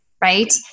right